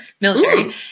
military